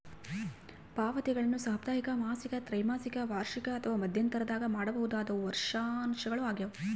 ಪಾವತಿಗಳನ್ನು ಸಾಪ್ತಾಹಿಕ ಮಾಸಿಕ ತ್ರೈಮಾಸಿಕ ವಾರ್ಷಿಕ ಅಥವಾ ಮಧ್ಯಂತರದಾಗ ಮಾಡಬಹುದಾದವು ವರ್ಷಾಶನಗಳು ಆಗ್ಯದ